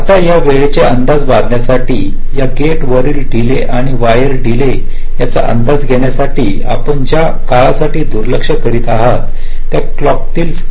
आता या वेळेचे अंदाज बांधण्यासाठी या गेट वरील डीले आणि वायर डीले याचा अंदाज घेण्यासाठी आपण ज्या काळासाठी दुर्लक्ष करीत आहात त्या क्लॉक तील स्केव